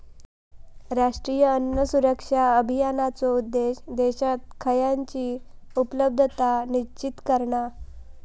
राष्ट्रीय अन्न सुरक्षा अभियानाचो उद्देश्य देशात खयानची उपलब्धता सुनिश्चित करणा